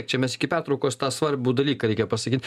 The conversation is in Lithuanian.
čia mes iki pertraukos tą svarbų dalyką reikia pasakyt